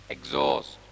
Exhaust